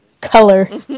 color